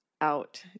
out